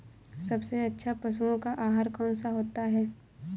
सबसे अच्छा पशुओं का आहार कौन सा होता है?